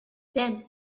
then